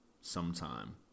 sometime